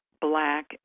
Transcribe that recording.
black